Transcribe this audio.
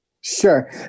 Sure